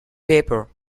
paper